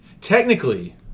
Technically